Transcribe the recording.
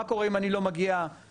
מה קורה אם אני לא מגיע בזמן,